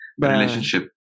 relationship